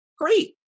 great